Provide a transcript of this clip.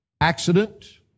accident